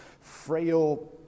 frail